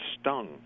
stung